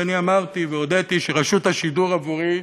ואני אמרתי והודיתי שרשות השידור עבורי